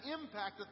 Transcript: impact